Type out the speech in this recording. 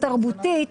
התרבותית,